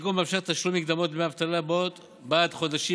התיקון מאפשר תשלום מקדמות לדמי אבטלה בעד החודשים